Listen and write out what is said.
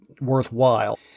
worthwhile